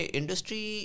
industry